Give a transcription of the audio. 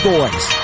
Boys